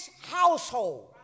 household